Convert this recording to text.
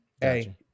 Hey